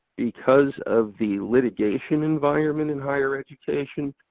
because of the litigation environment in higher education,